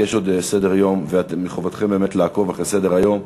כי יש עוד סדר-יום ומחובתכם לעקוב אחר סדר-היום,